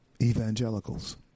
Evangelicals